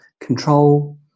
Control